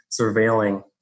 surveilling